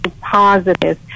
positive